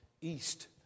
east